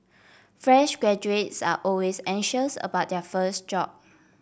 fresh graduates are always anxious about their first job